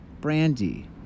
brandy